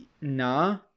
nah